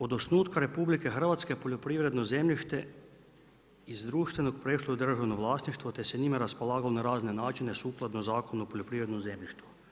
Od osnutka RH poljoprivredno zemljište iz društvenog je prešlo u državno vlasništvo te se njime raspolagalo na razne načine sukladno Zakonu o poljoprivrednom zemljištu.